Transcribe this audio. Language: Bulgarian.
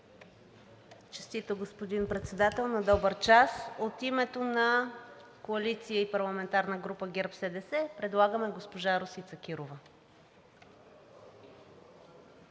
Честито, господин Председател! На добър час! От името на Коалиция и парламентарна група ГЕРБ-СДС предлагаме госпожа Росица Кирова.